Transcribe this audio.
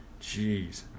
Jeez